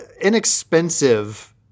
inexpensive